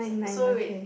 so we